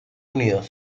unidos